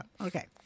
Okay